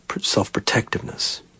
self-protectiveness